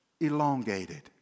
elongated